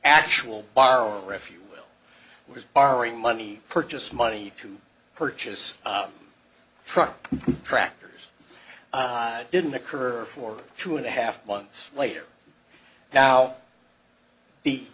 actual borrower if you will was borrowing money purchase money to purchase from tractors didn't occur for two and a half months later now the